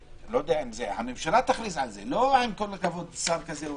זה לא משנה, כי הכול במחשב, מוחקים ומורידים.